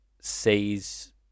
sees